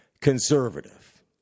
conservative